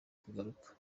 kugaruka